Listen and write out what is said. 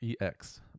ex